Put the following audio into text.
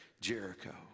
jericho